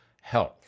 health